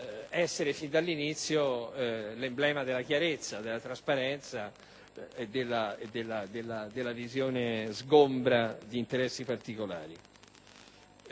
essere fin dall'inizio l'emblema della chiarezza, della trasparenza e della visione sgombera di interessi particolari.